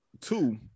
Two